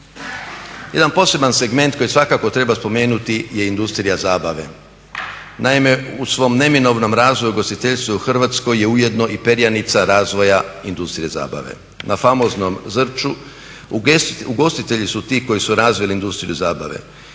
Jedna poseban segment koji svakako treba spomenuti je industrija zabave. Naime, u svom neminovnom razvoju ugostiteljstva u Hrvatskoj je ujedno i perjanica razvoja industrije zabave. Na famoznom Zrću ugostitelji su ti koji su razvili industriju zabave.